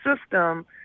system